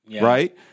Right